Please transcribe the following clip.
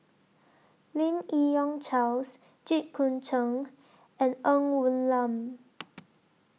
Lim Yi Yong Charles Jit Koon Ch'ng and Ng Woon Lam